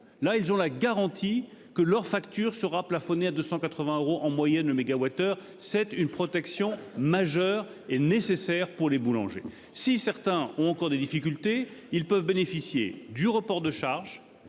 là ils ont la garantie que leur facture sera plafonné à 280 euros en moyenne le mégawattheure. C'est une protection majeure est nécessaire pour les boulangers. Si certains ont encore des difficultés, ils peuvent bénéficier du report de charges